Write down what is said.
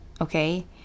okay